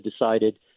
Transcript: decided